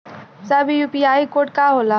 साहब इ UPI code का होला?